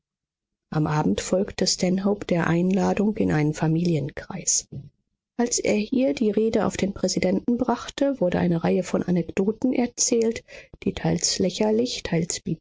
am abend folgte stanhope der einladung in einen familienkreis als er hier die rede auf den präsidenten brachte wurde eine reihe von anekdoten erzählt die teils lächerlich